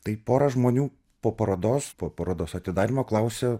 tai pora žmonių po parodos po parodos atidarymo klausia